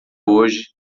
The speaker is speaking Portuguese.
hoje